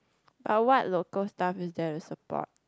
but what local stuff is there to support